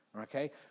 okay